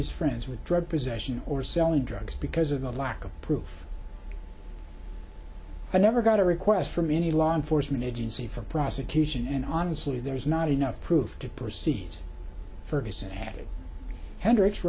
his friends with drug possession or selling drugs because of the lack of proof i never got a request from any law enforcement agency for prosecution and honestly there is not enough proof to proceed ferguson added hendricks